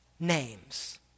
Names